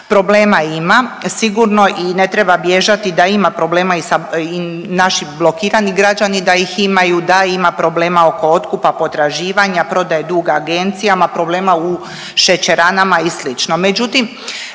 Problema ima sigurno i ne treba bježati da ima problema i naši blokirani građani da ih imaju, da ima problem oko otkupa potraživanja, prodaje duga agencijama, problema u šećeranama i sl., međutim